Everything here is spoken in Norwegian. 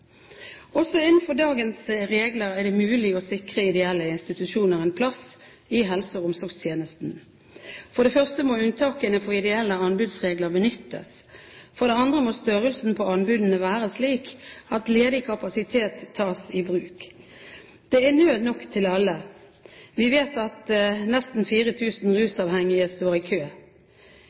Også innenfor dagens regler er det mulig å sikre ideelle institusjoner en plass i helse- og omsorgstjenesten. For det første må unntakene for ideelle anbudsregler benyttes. For det andre må størrelsen på anbudene være slik at ledig kapasitet tas i bruk. Det er nød nok til alle. Vi vet at nesten 4 000 rusavhengige står i kø.